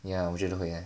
yeah 我觉得会 eh